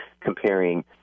comparing